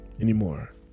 anymore